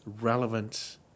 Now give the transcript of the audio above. relevant